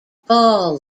ball